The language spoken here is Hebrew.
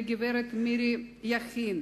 הגברת מירי יכין,